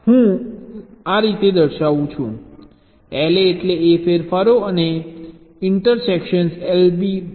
આ હું આ રીતે દર્શાવું છું LA એટલે A ફેરફારો અને ઇન્ટરસેક્શન LB બાર B બદલાતો નથી